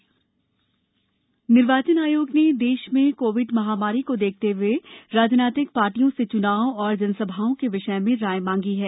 निर्वाचन आयोग निर्वाचन आयोग ने देश में कोविड महामारी को देखते हुए राजनीतिक पार्टियों से चुनाव और जनसभाओं के विषय में राय मांगी है